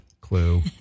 clue